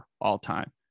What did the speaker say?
all-time